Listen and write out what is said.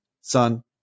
son